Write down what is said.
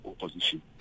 opposition